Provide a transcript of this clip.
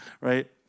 Right